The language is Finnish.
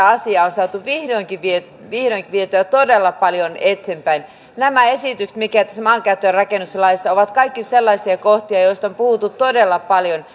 asiaa on saatu vihdoinkin vietyä vihdoinkin vietyä todella paljon eteenpäin nämä esitykset mitkä tässä maankäyttö ja rakennuslaissa ovat ovat kaikki sellaisia kohtia joista on puhuttu todella paljon